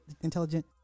intelligent